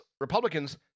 Republicans